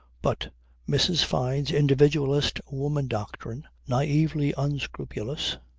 but mrs. fyne's individualist woman-doctrine, naively unscrupulous,